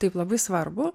taip labai svarbų